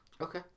Okay